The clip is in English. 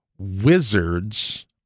Wizards